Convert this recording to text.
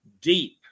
deep